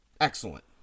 excellent